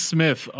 Smith